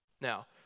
Now